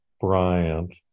Bryant